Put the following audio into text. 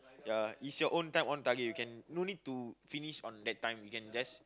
ya it's your own time own target you can no need to finish on that time